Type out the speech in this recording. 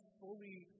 fully